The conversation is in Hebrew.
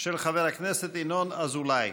של חבר הכנסת ינון אזולאי.